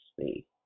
see